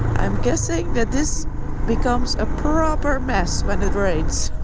i'm guessing that this becomes a proper mess when it rains ah,